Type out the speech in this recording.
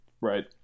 Right